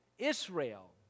Israel